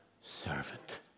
servant